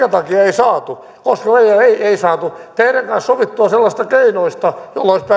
emme saaneet koska me emme saaneet teidän kanssanne sovittua sellaisista keinoista joilla olisi päästy eteenpäin